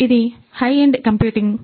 మరియు ఇది high end computing